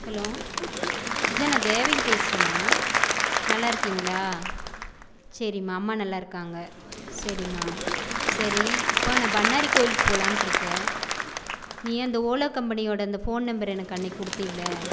hello Suja நான் தேவகி பேசுகிறேன்ம்மா நல்லா இருக்கிங்களா சரிம்மா அம்மா நல்லா இருக்காங்க சரிம்மா சரி இப்போ நான் பண்ணாரி கோயிலுக்கு போகலான்ட்டு இருக்கேன் நீ அந்த ஓலோ கம்பனியோட அந்த ஃபோன் நம்பர் எனக்கு அன்னிக்கு கொடுத்தில்ல